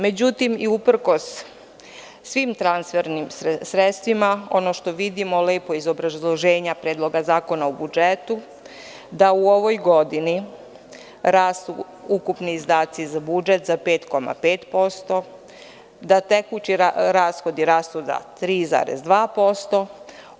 Međutim i uprkos svim transfernim sredstvima ono što vidimo lepo iz obrazloženja Predloga zakona o budžetu, da u ovoj godini rastu ukupni izdaci za budžet za 5,5%, da tekući rashodi rastu za 3,2%